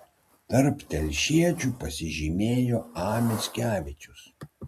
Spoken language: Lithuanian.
tarp telšiečių pasižymėjo a mickevičius